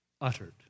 uttered